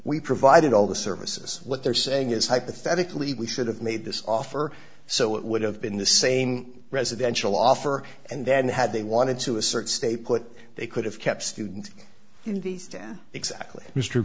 we provided all the services what they're saying is hypothetically we should have made this offer so it would have been the same residential offer and then had they wanted to assert stay put they could have kept students